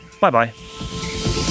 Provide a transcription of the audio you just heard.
Bye-bye